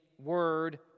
word